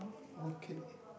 okay